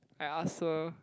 I ask her